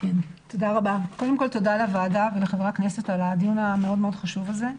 תודה לוועדה ולחברי הכנסת על הדיון החשוב הזה.